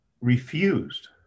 refused